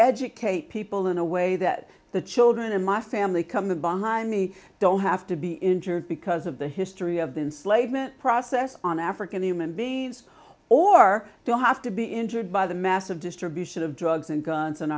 educate people in a way that the children and my family come of behind me don't have to be injured because of the history of the enslavement process on african human beings or don't have to be injured by the massive distribution of drugs and guns in